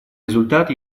результат